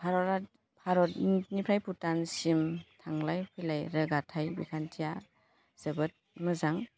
भारत भारतनिफ्राय भुटानसिम थांलाय फैलाय रोगाथाय बिखान्थिया जोबोद मोजां